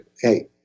hey